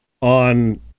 on